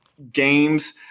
games